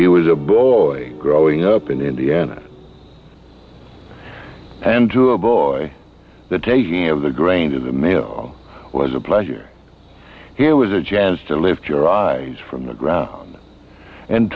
it was a boy growing up in indiana and to a boy the taking of the grain to the mayo was a pleasure he was a chance to lift your eyes from the ground and